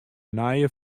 nije